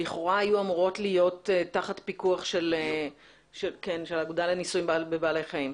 שלכאורה היו אמורות להיות תחת פיקוח של האגודה לניסויים בבעלי חיים,